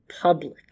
public